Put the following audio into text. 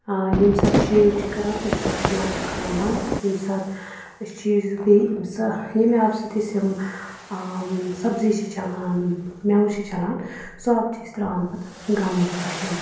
آ ییٚمہِ ساتہٕ شیو چھِ کَران تَمہِ ساتہٕ چھِ نَلکہٕ کران بَنٛد ییٚمہِ ساتہٕ أسۍ چیٖزِز بیٚیہِ یِم ہَسا ییٚمہِ آبہٕ سٍتۍ أسۍ یِم سَبزِی چھِ چَھلان مؠوٕ چھِ چَھلان سُہ آب چھِ أسۍ تَرٛاوان پَتہٕ گَملہٕ پوشَن